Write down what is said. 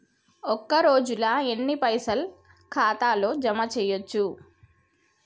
ఒక రోజుల ఎన్ని పైసల్ ఖాతా ల జమ చేయచ్చు?